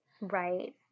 Right